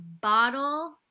bottle